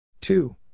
Two